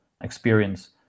experience